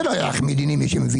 זה לא היה הליכים מדיניים, מי שמבין.